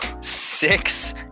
six